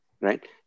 Right